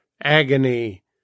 agony